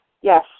yes